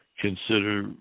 consider